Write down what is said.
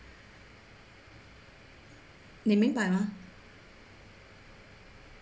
你明白吗